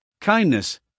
kindness